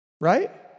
right